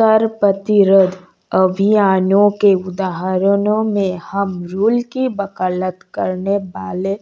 कर प्रतिरोध अभियानों के उदाहरणों में होम रूल की वकालत करने वाले